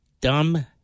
Dumb